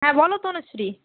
হ্যাঁ বলো তনুশ্রী